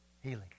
healing